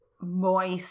moist